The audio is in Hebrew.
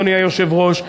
אדוני היושב-ראש,